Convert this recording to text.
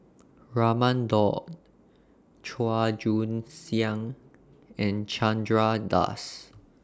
Raman Daud Chua Joon Siang and Chandra Das